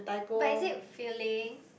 but is it feeling